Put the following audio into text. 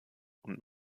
und